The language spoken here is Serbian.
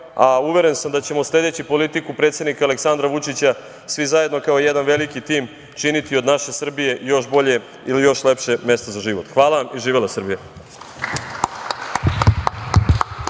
a uveren sam da ćemo, sledeći politiku predsednika Aleksandra Vučića, svi zajedno kao jedan veliki tim činiti od naše Srbije još bolje ili još lepše mesto za život. Hvala vam i živela Srbija.